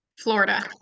Florida